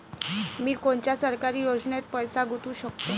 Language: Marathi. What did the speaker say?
मी कोनच्या सरकारी योजनेत पैसा गुतवू शकतो?